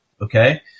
Okay